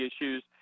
issues